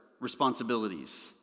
responsibilities